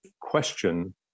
question